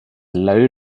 low